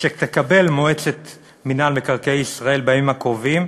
שתקבל מועצת מינהל מקרקעי ישראל בימים הקרובים,